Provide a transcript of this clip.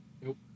Nope